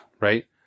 Right